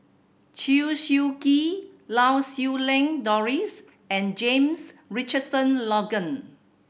Chew Swee Kee Lau Siew Lang Doris and James Richardson Logan